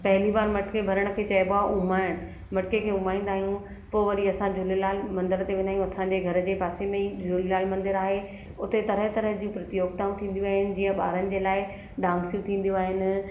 पहिली बार मटके भरण खे चइबो आहे उमाइणु मटके खे उमाईंदा आहियूं पोइ वरी असां झूलेलाल मंदर ते वेंदा आहियूं असांजे घर जे पासे में ई झूलेलाल मंदरु आहे उते तरहि तरहि जी प्रतियोगिताऊं थींदियूं आहिनि जीअं ॿारनि जे लाइ डांसियूं थींदियूं आहिनि